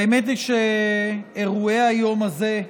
האמת היא שאירועי היום הזה,